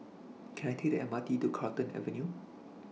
Can I Take The MRT to Carlton Avenue